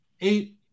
eight